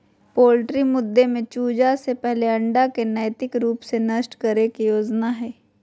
poultry मुद्दे में चूजा से पहले अंडा के नैतिक रूप से नष्ट करे के योजना हइ